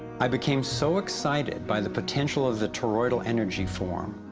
i became so excited by the potential of the toroidal energy form,